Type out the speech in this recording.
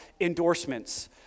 endorsements